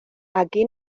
aquí